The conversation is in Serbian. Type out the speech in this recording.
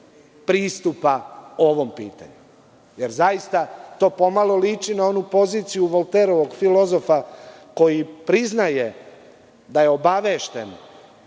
pristupa ovom pitanju. Jer, zaista to pomalo liči na onu poziciju Volterovog filozofa koji priznaje da je obavešten